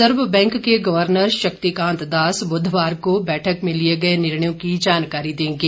reserve bank के governor Shaktikanta Das बुधवार को बैठक में लिए गए निर्णयों की जानकारी देंगे